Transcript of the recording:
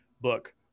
book